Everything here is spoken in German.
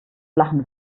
lachen